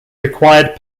required